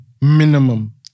minimum